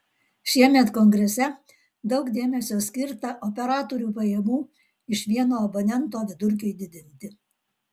šiemet kongrese daug dėmesio skirta operatorių pajamų iš vieno abonento vidurkiui didinti